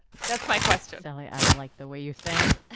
that's my question sally, i like the way you think.